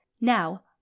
Now